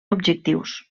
objectius